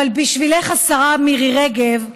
אבל בשבילך, השרה מירי רגב,